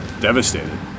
devastated